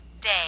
day